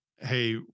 Hey